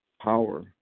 power